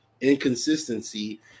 inconsistency